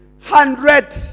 Hundred